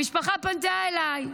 המשפחה פנתה אליי.